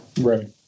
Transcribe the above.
Right